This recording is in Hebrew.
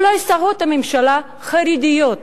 אולי שרות בממשלה, חרדיות,